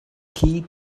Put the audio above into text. key